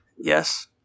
Yes